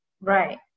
Right